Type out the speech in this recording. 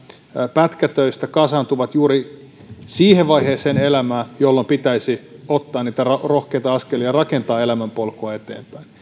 pätkätöistä kasaantuvat juuri siihen vaiheeseen elämää jolloin pitäisi ottaa niitä rohkeita askelia ja rakentaa elämänpolkua eteenpäin